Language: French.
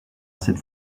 cette